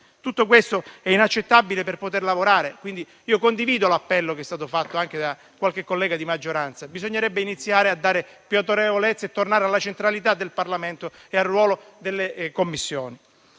Tutto questo è inaccettabile per poter lavorare. Condivido l'appello che è stato fatto anche da qualche collega di maggioranza. Bisognerebbe iniziare a dare più autorevolezza e tornare alla centralità del Parlamento e al ruolo delle Commissioni.